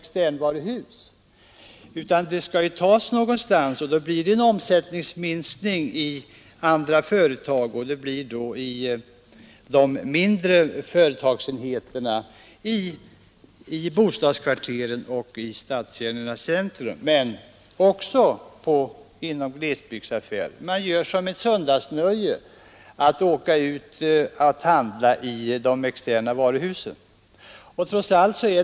Deras försäljning skall ju tas någonstans, och då blir det en omsättningsminskning i andra företag, främst i de mindre företagsenheterna i bostadskvarteren och i stadskärnorna men också i glesbygdsaffärerna. Människorna har börjat göra det till ett söndagsnöje att åka ut och handla i de externa varuhusen.